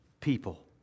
people